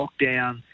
lockdown